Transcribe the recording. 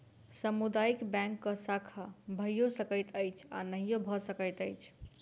सामुदायिक बैंकक शाखा भइयो सकैत अछि आ नहियो भ सकैत अछि